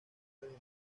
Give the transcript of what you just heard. desde